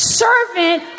servant